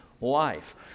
life